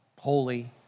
holy